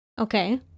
Okay